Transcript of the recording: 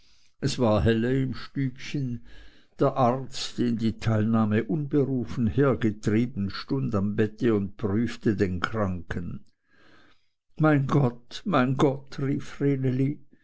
es war helle im stübchen der arzt den die teilnahme unberufen hergetrieben stund am bette und prüfte den kranken mein gott mein gott rief